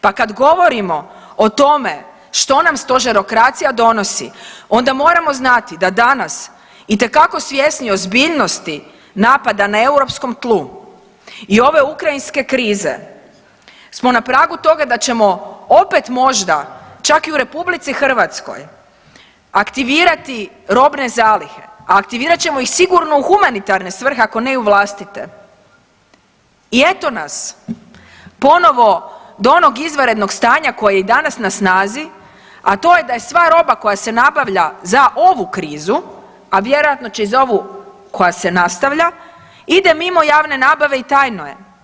Pa kad govorimo o tome što nam stožerokracija donosi onda moramo znati da danas itekako svjesni ozbiljnosti napada na europskom tlu i ove ukrajinske krize smo na pragu toga da ćemo opet možda čak i u RH aktivirati robne zalihe, aktivirat ćemo ih sigurno u humanitarne svrhe ako ne i u vlastite i eto nas ponovo do onog izvanrednog stanja koje je i danas na snazi, a to je da je sva roba koja se nabavlja za ovu krizu, a vjerojatno će i za ovu koja se nastavlja, ide mimo javne nabave i tajno je.